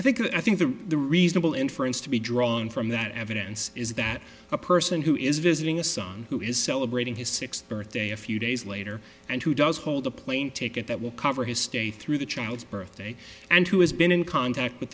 i think i think that the reasonable inference to be drawn from that evidence is that a person who is visiting a son who is celebrating his sixth birthday a few days later and who does hold a plane ticket that will cover his stay through the child's birthday and who has been in contact with